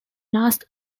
last